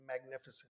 magnificent